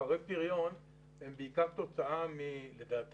פערי הפריון לדעתי הם בעיקר תוצאה מהעשור